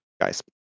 guys